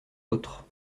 l’autre